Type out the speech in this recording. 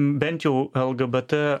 bent jau lgbt